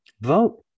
vote